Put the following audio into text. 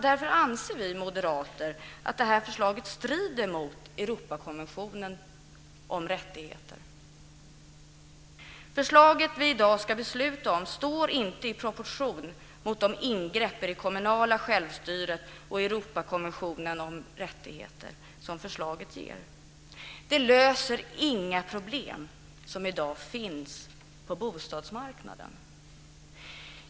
Därför anser vi moderater att det här förslaget strider mot Europakonventionens rättigheter. Det förslag som vi i dag ska besluta om står inte i proportion till de ingrepp i det kommunala självstyret och i Europakonventionens rättigheter som det innebär. Det löser inga problem som i dag finns på bostadsmarknaden.